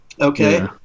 Okay